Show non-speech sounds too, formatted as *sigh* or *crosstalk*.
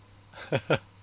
*laughs*